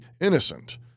innocent